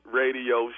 radio